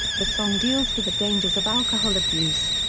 the song deals with the dangers of alcohol abuse.